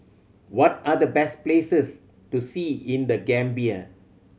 what are the best places to see in The Gambia